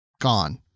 gone